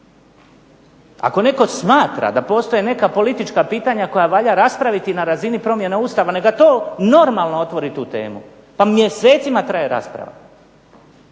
Ako netko smatra da postoje neka politička pitanja koja valja raspraviti na razini promjena Ustava, neka to normalno otvori tu temu. Pa mjesecima traje rasprava,